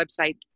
website